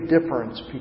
difference